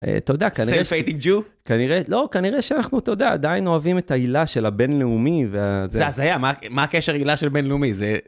אתה יודע כנראה שהייתי jew כנראה לא כנראה שאנחנו אתה יודע עדיין אוהבים את ההילה של הבינלאומי וזה. זה הזיה מה הקשר הילה של בינלאומי זה.